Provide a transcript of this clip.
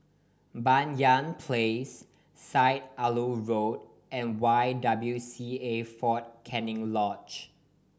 Banyan Place Syed Alwi Road and Y W C A Fort Canning Lodge